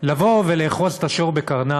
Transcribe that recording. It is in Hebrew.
יש לבוא ולאחוז את השור בקרניו,